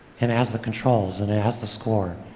and it has the controls and it has the score,